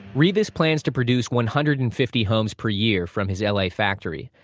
rivas plans to produce one hundred and fifty homes per year from his yeah la factory.